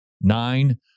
nine